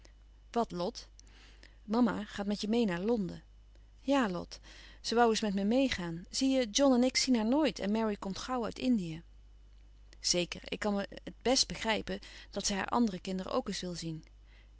lot mama gaat met je meê naar londen ja lot ze woû eens met me meêgaan zie je john en ik zien haar nooit en mary komt gauw uit indië zeker ik kan me het best begrijpen dat zij haar andere kinderen ook eens wil zien